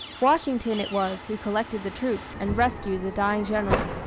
washington it was who collected the troops and rescued the dying general.